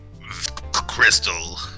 Crystal